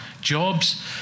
jobs